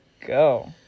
go